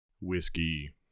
whiskey